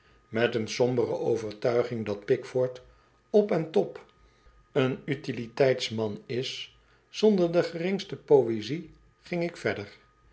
met een sombere overtuiging dat pickford op on top een utiliteitsman is zonder de geringste poëzie ging ik verder